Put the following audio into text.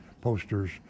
posters